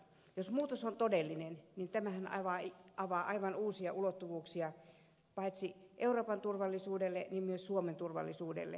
jos muutos on todellinen niin tämähän avaa aivan uusia ulottuvuuksia paitsi euroopan turvallisuudelle myös suomen turvallisuudelle